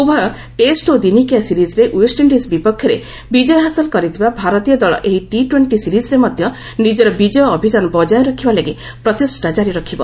ଉଭୟ ଟେଷ୍ଟ ଓ ଦିନିକିଆ ସିରିଜ୍ରେ ଓ୍ୱେଷ୍ଟ୍ରଣ୍ଣିଜ୍ ବିପକ୍ଷରେ ବିଜୟ ହାସଲ କରିଥିବା ଭାରତୀୟ ଦଳ ଏହି ଟି ଟ୍ୱେଣ୍ଟି ସିରିଜ୍ରେ ମଧ୍ୟ ନିଜର ବିଜୟ ଅଭିଯାନ ବଜାୟ ରଖିବା ଲାଗି ପ୍ରଚେଷ୍ଟା ଜାରି ରଖିବ